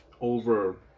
over